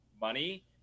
money